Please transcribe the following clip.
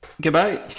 Goodbye